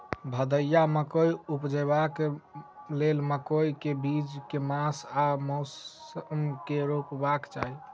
भदैया मकई उपजेबाक लेल मकई केँ बीज केँ मास आ मौसम मे रोपबाक चाहि?